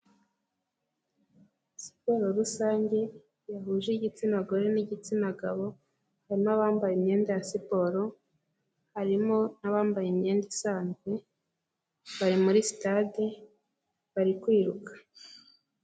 Siporo rusange yahuje igitsina gore n'igitsina gabo harimo abambaye imyenda ya siporo harimo n'abambaye imyenda isanzwe, bari muri sitade bari kwiruka.